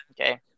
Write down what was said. Okay